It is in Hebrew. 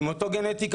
עם אותה גנטיקה,